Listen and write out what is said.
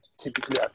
typically